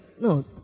No